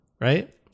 right